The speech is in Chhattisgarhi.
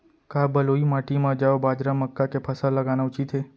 का बलुई माटी म जौ, बाजरा, मक्का के फसल लगाना उचित हे?